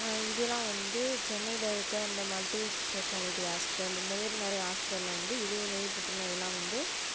இதலாம் வந்து சென்னையில் இருக்க இந்த மல்டி ஸ்பெஷாலிட்டி ஹாஸ்பிட்டல் இந்தமாரி நிறையா ஹாஸ்பிட்டலில் வந்து இதய நோய் புற்றுநோயிலாம் வந்து